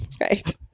Right